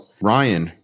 Ryan